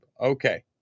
Okay